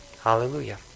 Hallelujah